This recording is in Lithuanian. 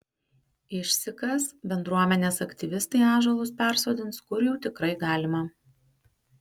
išsikas bendruomenės aktyvistai ąžuolus persodins kur jau tikrai galima